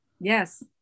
yes